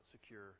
secure